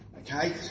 Okay